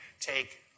take